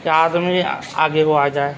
کہ آدمی آگے کو آ جائے